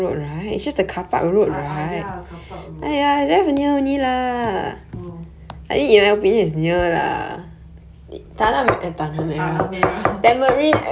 ah ah ya car park road orh